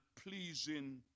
pleasing